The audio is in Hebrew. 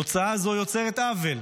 תוצאה זו יוצרת עוול,